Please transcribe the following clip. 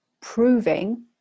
proving